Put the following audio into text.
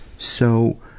so,